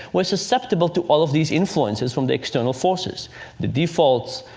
we're susceptible to all of these influences from the external forces the defaults,